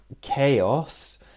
chaos